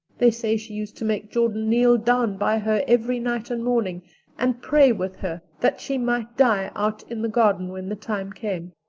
they say she used to make jordan kneel down by her every night and morning and pray with her that she might die out in the garden when the time came.